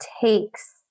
takes